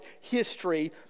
history